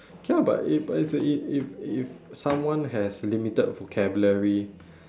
okay ah but if if if if if if someone has limited vocabulary